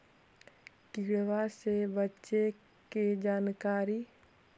किड़बा से बचे के जानकारी?